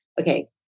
okay